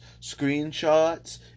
screenshots